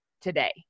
today